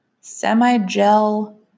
semi-gel